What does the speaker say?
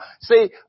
see